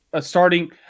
starting